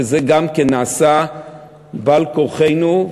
שגם זה נעשה על כורחנו,